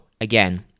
again